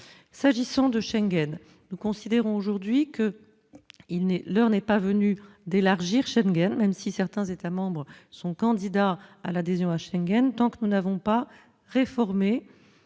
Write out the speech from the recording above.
s'agissant de Schengen, nous considérons aujourd'hui que il ne l'heure n'est pas venu d'élargir Schengen, même si certains États membres sont candidats à l'adhésion à Schengen, tant que nous n'avons pas réformer